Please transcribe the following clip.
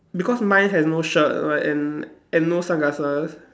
because mine has no shirt right and and no sunglasses